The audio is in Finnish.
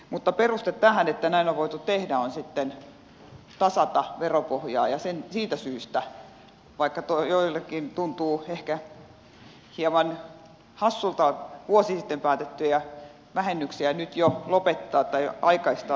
mutta peruste tähän että näin on voitu tehdä on sitten tasata veropohjaa ja siitä syystä vaikka joillekin tuntuu ehkä hieman hassulta vuosi sitten päätettyjä vähennyksiä nyt jo lopettaa tai aikaistaa peruste on sama